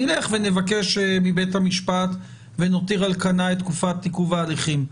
נלך ונבקש מבית המשפט ונותיר על כנה את תקופת עיכוב ההליכים.